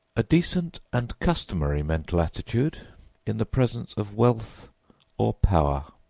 a decent and customary mental attitude in the presence of wealth or power.